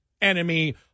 enemy